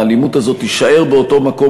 האלימות הזאת תישאר באותו מקום,